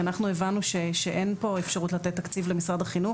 הבנו שאין אפשרות לתת תקציב למשרד החינוך